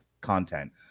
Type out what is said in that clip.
Content